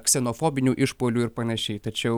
ksenofobinių išpuolių ir panašiai tačiau